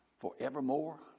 forevermore